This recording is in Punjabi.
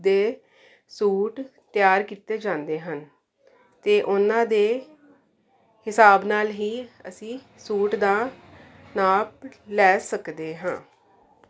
ਦੇ ਸੂਟ ਤਿਆਰ ਕੀਤੇ ਜਾਂਦੇ ਹਨ ਅਤੇ ਉਹਨਾਂ ਦੇ ਹਿਸਾਬ ਨਾਲ ਹੀ ਅਸੀਂ ਸੂਟ ਦਾ ਨਾਪ ਲੈ ਸਕਦੇ ਹਾਂ